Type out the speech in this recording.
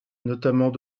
notamment